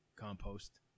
Compost